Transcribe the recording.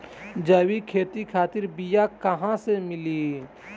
जैविक खेती खातिर बीया कहाँसे मिली?